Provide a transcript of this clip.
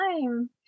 time